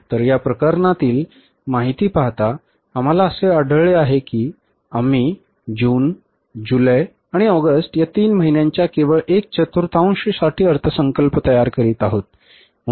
तर या प्रकरणातील माहिती पाहता आम्हाला असे आढळले आहे की आम्ही जून जुलै आणि ऑगस्ट या तीन महिन्यांच्या केवळ 1 चतुर्थांशसाठी अर्थसंकल्प तयार करीत आहोत